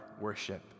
worship